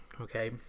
okay